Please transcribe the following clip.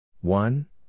One